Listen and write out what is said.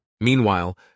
Meanwhile